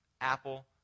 Apple